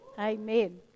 Amen